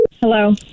Hello